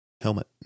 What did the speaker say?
Helmet